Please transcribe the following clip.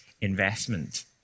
investment